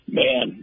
man